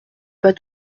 pas